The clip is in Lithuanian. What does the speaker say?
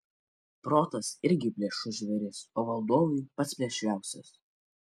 protas irgi plėšrus žvėris o valdovui pats plėšriausias